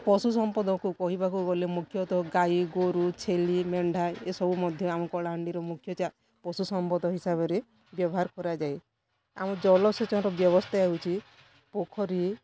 ପଶୁ ସମ୍ପଦକୁ କହିବାକୁ ଗଲେ ମୁଖ୍ୟତଃ ଗାଈ ଗୋରୁ ଛେଲି ମେଣ୍ଢା ଏସବୁ ମଧ୍ୟ ଆମ କଳାହାଣ୍ଡିର ମୁଖ୍ୟ ଚା ପଶୁ ସମ୍ପଦ ହିସାବରେ ବ୍ୟବହାର କରାଯାଏ ଆମ ଜଲସେଚନ ବ୍ୟବସ୍ଥା ହେଉଛି ପୋଖରୀ